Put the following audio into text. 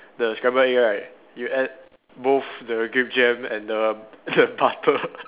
the scrambled egg right you add both the grape jam and the the butter